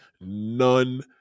none